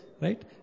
Right